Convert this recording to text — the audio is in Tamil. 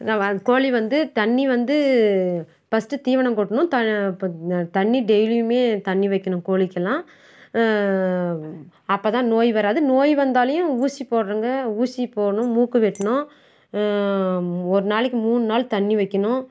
நான் வ கோழி வந்து தண்ணி வந்து பஸ்ட்டு தீவனம் கொட்டணும் த இப்போ தண்ணி டெய்லியுமே தண்ணி வைக்கணும் கோழிக்கெல்லாம் அப்போதான் நோய் வராது நோய் வந்தாலேயும் ஊசி போடணுங்க ஊசி போடணும் மூக்கு வெட்டணும் ஒரு நாளைக்கு மூணு நாள் தண்ணி வைக்கணும்